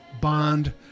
Bond